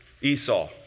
Esau